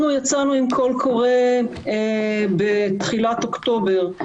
אנחנו יצאנו עם קול קורא בתחילת אוקטובר.